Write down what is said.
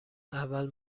اول